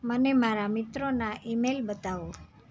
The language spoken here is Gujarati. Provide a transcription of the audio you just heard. મને મારા મિત્રોના ઇમેલ બતાવો